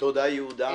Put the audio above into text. תודה, יהודה.